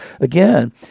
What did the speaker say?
Again